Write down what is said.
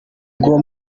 bwo